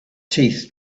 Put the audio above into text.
teeth